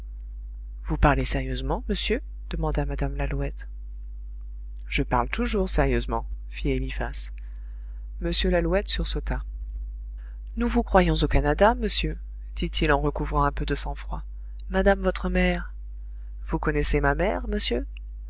vous parlez sérieusement monsieur demanda mme lalouette je parle toujours sérieusement fit eliphas m lalouette sursauta nous vous croyions au canada monsieur dit-il en recouvrant un peu de sang-froid madame votre mère vous connaissez ma mère monsieur